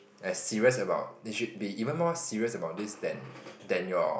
as serious about you should be even more serious about this then then your